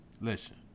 listen